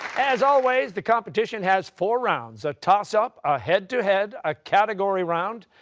as always, the competition has four rounds a toss-up, a head-to-head, a category round,